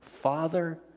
Father